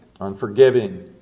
unforgiving